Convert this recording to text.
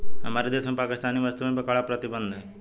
हमारे देश में पाकिस्तानी वस्तुएं पर कड़ा प्रतिबंध हैं